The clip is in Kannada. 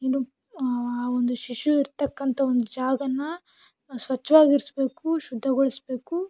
ಏನು ಆ ಒಂದು ಶಿಶು ಇರತಕ್ಕಂಥ ಒಂದು ಜಾಗಾನ ಸ್ವಚ್ಛವಾಗಿರಿಸ್ಬೇಕು ಶುದ್ಧಗೊಳಿಸಬೇಕು